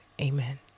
Amen